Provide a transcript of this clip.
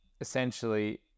essentially